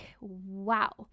wow